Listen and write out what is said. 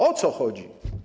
O co chodzi?